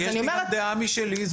יש לי גם דעה משלי.